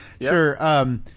sure